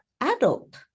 adult